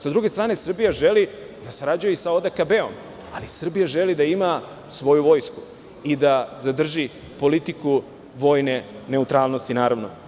S druge strane, Srbija želi da sarađuje i sa ODKB-om, ali Srbija želi i da ima svoju vojsku i da zadrži politiku vojne neutralnosti, naravno.